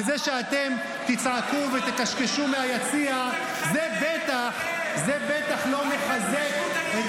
וזה שאתם תצעקו ותקשקשו מהיציע זה בטח לא מחזק את